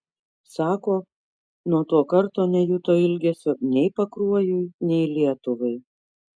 sako nuo to karto nejuto ilgesio nei pakruojui nei lietuvai